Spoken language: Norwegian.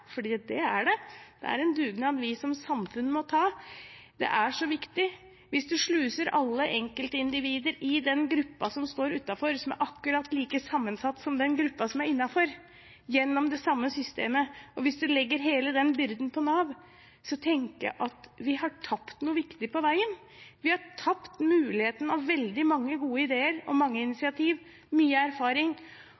det er det, det er en dugnad vi som samfunn må ta – er så viktig. Hvis man sluser alle enkeltindivider i den gruppa som står utenfor, som er akkurat like sammensatt som den gruppa som er innenfor, gjennom det samme systemet, og hvis man legger hele den byrden på Nav, tenker jeg at vi har tapt noe viktig på veien – vi har tapt muligheten for veldig mange gode ideer, mange initiativ og